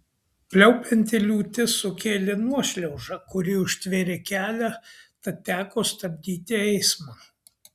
pliaupianti liūtis sukėlė nuošliaužą kuri užtvėrė kelią tad teko stabdyti eismą